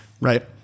Right